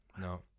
No